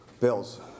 Bill's